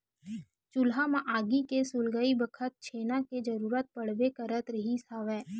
चूल्हा म आगी के सुलगई बखत छेना के जरुरत पड़बे करत रिहिस हवय